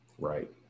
Right